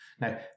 Now